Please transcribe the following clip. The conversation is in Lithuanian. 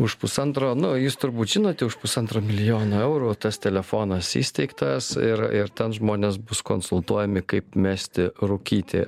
už pusantro nu jūs turbūt žinote už pusantro milijono eurų o tas telefonas įsteigtas ir ir ten žmonės bus konsultuojami kaip mesti rūkyti